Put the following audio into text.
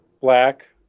black